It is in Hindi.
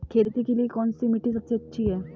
खेती के लिए कौन सी मिट्टी सबसे अच्छी है?